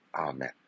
Amen